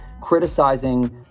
criticizing